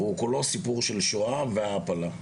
והוא כולו סיפור של שואה והעפלה.